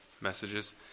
messages